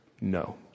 no